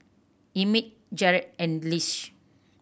Emett Jarred and Lish